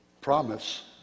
promise